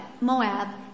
Moab